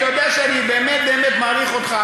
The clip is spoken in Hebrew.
אתה יודע שאני באמת באמת מעריך אותך,